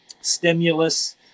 stimulus